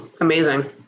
amazing